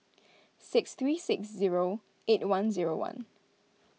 six three six zero eight one zero one